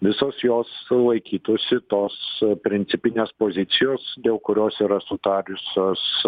visos jos laikytųsi tos principinės pozicijos dėl kurios yra sutarusios